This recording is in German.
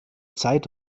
zeit